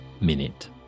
minute